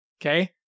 Okay